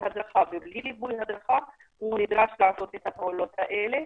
והדרכה או בלי הוא נדרש לעשות את הפעולות האלה.